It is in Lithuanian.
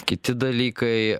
kiti dalykai